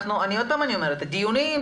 דיונים,